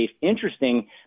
interesting